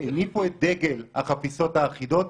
שהניפו את דגל החפיסות האחידות,